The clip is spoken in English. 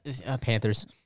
Panthers